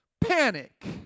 panic